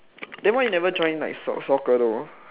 then why you never join like soccer though